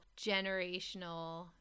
generational